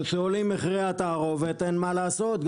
וכאשר עולים מחירי התערובת אין מה לעשות.